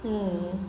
hmm